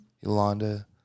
Yolanda